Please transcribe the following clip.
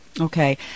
Okay